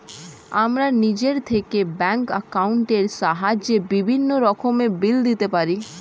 আমরা নিজে থেকেই ব্যাঙ্ক অ্যাকাউন্টের সাহায্যে বিভিন্ন রকমের বিল দিতে পারি